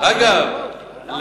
הוא מאוד מבולבל,